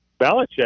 Belichick